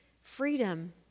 freedom